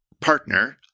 partner